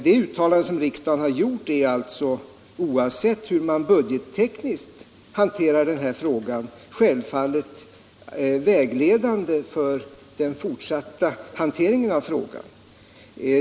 Det uttalande som riksdagen har gjort är alltså, oavsett hur man budgettekniskt hanterar frågan, självfallet vägledande för frågans fortsatta behandling.